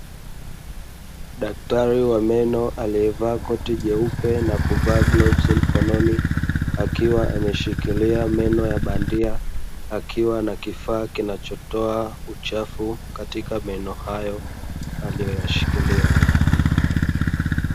Daktari wa meno aliyevaa koti jeupe na kuvaa glavu mkononi, akiwa ameshikilia meno ya bandia, akiwa na kifaa kinachotoa uchafu katika meno hayo aliyoyashikilia.